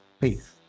peace